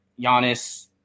Giannis